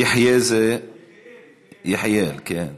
יחיא זה, יחיא, כן.